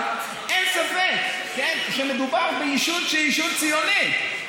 אין ספק שמדובר בישות שהיא ישות ציונית,